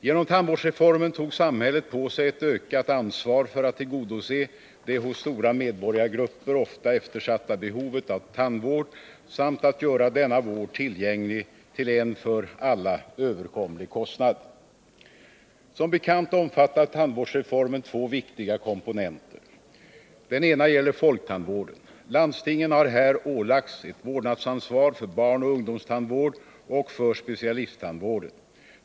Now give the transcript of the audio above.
Genom tandvårdsreformen tog samhället på sig ett ökat ansvar för att tillgodose det hos stora medborgargrupper ofta eftersatta behovet av tandvård samt att göra denna vård tillgänglig till en för alla överkomlig kostnad. Som bekant omfattar tandvårdsreformen två viktiga komponenter. Den ena gäller folktandvården. Landstingen har här ålagts ett vårdnadsansvar för barnoch ungdomstandvården och för specialisttandvården.